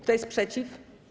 Kto jest przeciw?